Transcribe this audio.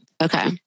Okay